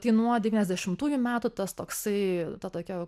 tai nuo devyniasdešimtųjų metų tas toksai ta tokia